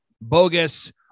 bogus